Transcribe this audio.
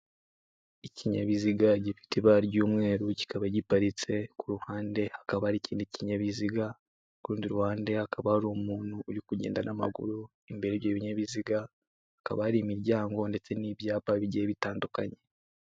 Ikinyabiziga gifite ibara ry'umweru kikaba giparitse ku ruhande, hakaba hari ikindi kinyabiziga kurundi ruhande, hakaba hari umuntu uri kugenda n'amaguru. Imbere y'ibyo binyabiziga hakaba hari imiryango ndetse n'ibyapa bigiye bitandukanye.